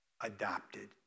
adopted